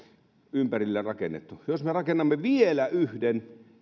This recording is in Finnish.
ympärille rakennettu ja jos me rakennamme vielä yhden